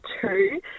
two